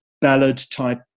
ballad-type